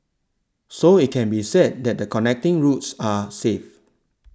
so it can be said that the connecting routes are safe